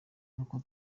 n’uko